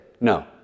No